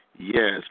Yes